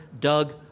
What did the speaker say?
Doug